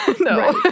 No